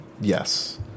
yes